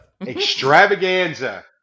Extravaganza